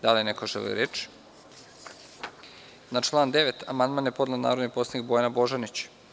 Da li neko želi reč? (Ne.) Na član 9. amandman je podnela narodni poslanik Bojana Božanić.